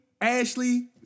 Ashley